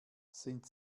sind